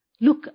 Look